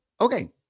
Okay